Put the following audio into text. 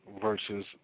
versus